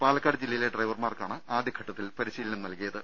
പാലക്കാട് ജില്ലയിലെ ഡ്രൈവർമാർക്കാണ് ആദ്യഘട്ടത്തിൽ പരിശീലനം നൽകിയത്